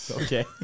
Okay